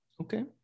Okay